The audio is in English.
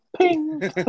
ping